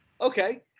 Okay